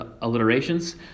alliterations